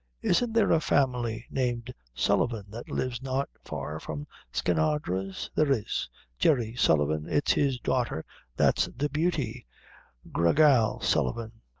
isn't there a family named sullivan that lives not far from skinadre's? there is jerry sullivan, it's his daughter that's the beauty gra gal sullivan.